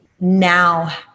now